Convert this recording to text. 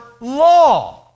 law